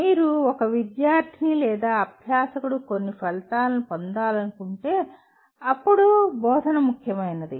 మీరు ఒక విద్యార్థిని లేదా అభ్యాసకుడు కొన్ని ఫలితాలను పొందాలనుకుంటే అప్పుడు బోధన ముఖ్యమైనది